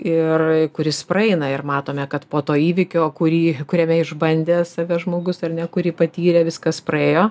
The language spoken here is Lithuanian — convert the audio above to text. ir kuris praeina ir matome kad po to įvykio kurį kuriame išbandė save žmogus ar ne kurį patyrė viskas praėjo